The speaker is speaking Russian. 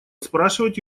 спрашивать